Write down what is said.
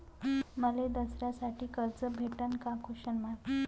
मले दसऱ्यासाठी कर्ज भेटन का?